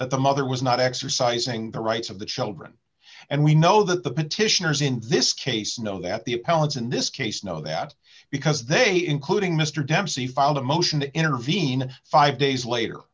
that the mother was not exercising the rights of the children and we know that the petitioners in this case know that the appellant in this case know that because they including mr dempsey filed a motion to intervene five days later